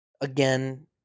again